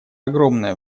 огромное